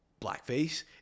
blackface